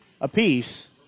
apiece